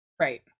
Right